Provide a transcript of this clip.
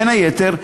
בין היתר,